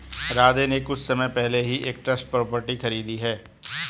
राधे ने कुछ समय पहले ही एक ट्रस्ट प्रॉपर्टी खरीदी है